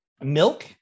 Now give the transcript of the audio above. Milk